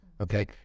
Okay